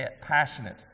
passionate